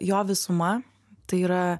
jo visuma tai yra